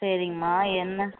சரிங்மா என்ன